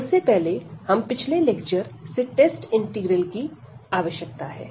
उससे पहले हमें पिछले लेक्चर से टेस्ट इंटीग्रल की आवश्यकता है